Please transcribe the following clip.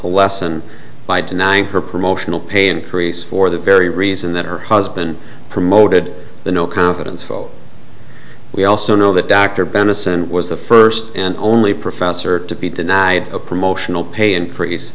lesson by denying her promotional pay increase for the very reason that her husband promoted the no confidence vote we also know that dr benison was the first and only professor to be denied a promotional pay increase